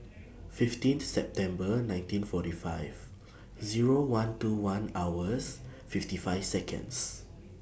fifteen September nineteen forty five Zero one two one hours fifty five Seconds